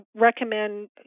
recommend